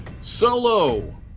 Solo